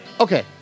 Okay